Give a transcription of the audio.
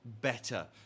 better